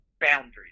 boundaries